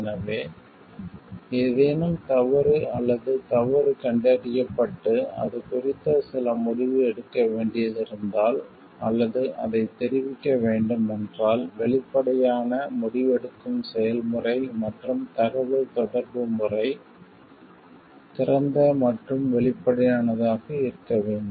எனவே ஏதேனும் தவறு அல்லது தவறு கண்டறியப்பட்டு அது குறித்து சில முடிவு எடுக்க வேண்டியிருந்தால் அல்லது அதைத் தெரிவிக்க வேண்டும் என்றால் வெளிப்படையான முடிவெடுக்கும் செயல்முறை மற்றும் தகவல் தொடர்பு முறை திறந்த மற்றும் வெளிப்படையானதாக இருக்க வேண்டும்